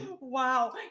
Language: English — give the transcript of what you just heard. Wow